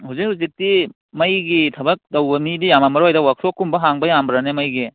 ꯍꯧꯖꯤꯛ ꯍꯧꯖꯤꯛꯇꯤ ꯃꯩꯒꯤ ꯊꯕꯛ ꯇꯧꯕ ꯃꯤꯗꯤ ꯌꯥꯝꯂꯝꯂꯔꯣꯏꯗ ꯋꯥꯛꯁꯣꯞ ꯀꯨꯝꯕ ꯍꯥꯡꯕ ꯌꯥꯝꯕ꯭ꯔꯅꯦ ꯃꯩꯒꯤ